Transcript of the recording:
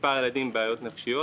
במספר הילדים עם בעיות נפשיות,